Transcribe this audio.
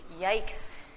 Yikes